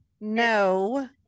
No